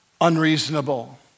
unreasonable